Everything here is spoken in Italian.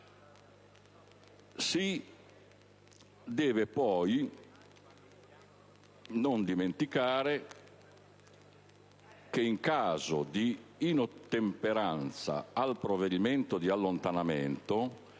si deve poi dimenticare che in caso di inottemperanza al provvedimento di allontanamento,